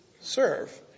serve